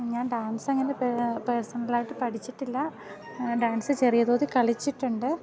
ഞാൻ ഡാൻസ് അങ്ങനെ പേഴ്സണൽ ആയിട്ട് പഠിച്ചിട്ടില്ല ഡാൻസ് ചെറിയതോതിൽ കളിച്ചിട്ടുണ്ട്